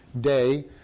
day